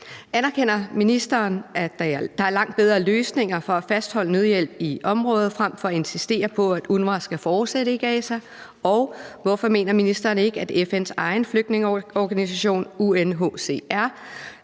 Anerkender ministeren, at der er langt bedre løsninger for at fastholde nødhjælp i området frem for at insistere på, at UNRWA skal fortsætte i Gaza? Og hvorfor mener ministeren ikke, at FN's egen flygtningeorganisation, UNHCR,